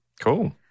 Cool